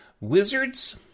Wizards